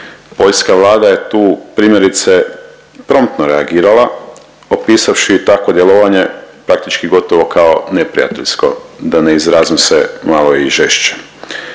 Poljska Vlada je tu primjerice promptno reagirala opisavši takvo djelovanje praktički gotovo kao neprijateljsko, da ne izrazim se malo i žešće.